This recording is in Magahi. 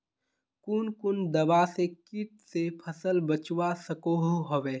कुन कुन दवा से किट से फसल बचवा सकोहो होबे?